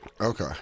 Okay